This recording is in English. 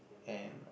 am